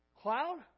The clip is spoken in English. cloud